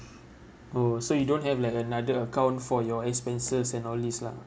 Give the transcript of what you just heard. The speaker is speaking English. oh so you don't have like another account for your expenses and all these lah